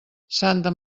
santa